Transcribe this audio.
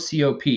COP